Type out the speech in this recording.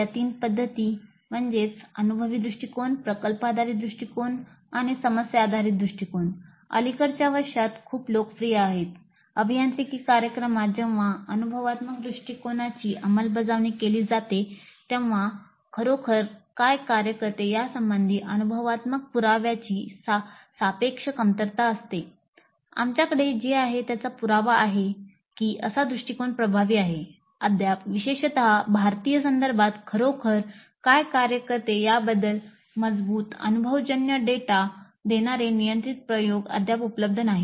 या तीन पद्धती देणारे नियंत्रित प्रयोग अद्याप उपलब्ध नाहीत